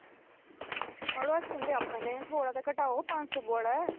मड़ो तुंदे अपने थोह्ड़े ते घटाओ पंज सौ बड़ा